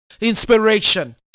Inspiration